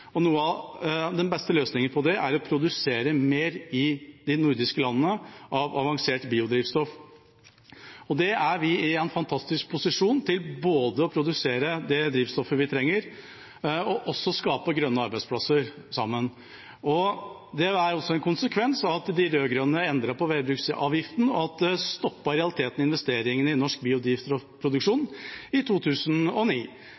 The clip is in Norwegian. Noe av den beste løsningen på det er å produsere mer avansert biodrivstoff i de nordiske landene. Vi er i en fantastisk posisjon til både å produsere det drivstoffet vi trenger, og til å skape grønne arbeidsplasser sammen. Det er også en konsekvens av at de rød-grønne endret veibruksavgiften, og at det i realiteten stoppet investeringene i norsk